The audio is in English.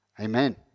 Amen